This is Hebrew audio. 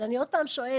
אבל אני עוד פעם שואלת,